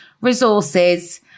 resources